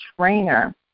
trainer